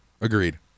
agreed